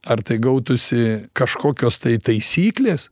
ar tai gautųsi kažkokios tai taisyklės